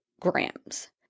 grams